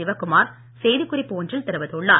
சிவக்குமார் செய்திக்குறிப்பு ஒன்றில் தெரிவித்துள்ளார்